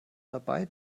dabei